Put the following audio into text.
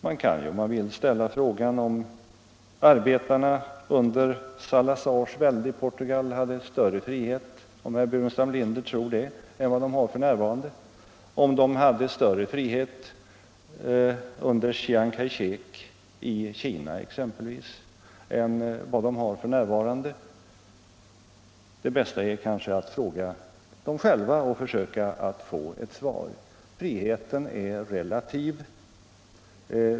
Man kan ju, om man vill, ställa frågan om herr Burenstam Linder tror att arbetarna under Salazars välde i Portugal hade större frihet än vad de har f. n. eller om arbetarna exempelvis hade större frihet under Chiang Kai-shek i Kina än vad de har f. n. Det bästa är kanske att fråga dem själva och försöka att få ett svar. Friheten är relativ.